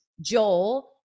Joel